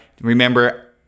Remember